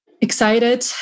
excited